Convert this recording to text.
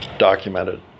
Documented